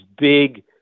big